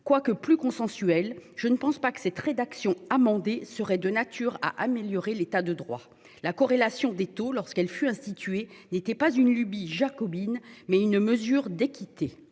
quoi que plus consensuel, je ne pense pas que cette rédaction amendée serait de nature à améliorer l'état de droit. La corrélation des taux lorsqu'elle fut instituée n'était pas une lubie jacobine mais une mesure d'équité